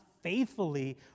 faithfully